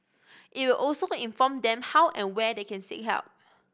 it will also inform them how and where they can seek help